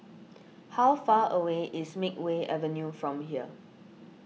how far away is Makeway Avenue from here